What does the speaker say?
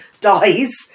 dies